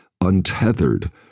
untethered